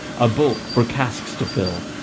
a bulk for casks to fill,